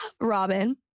Robin